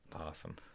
awesome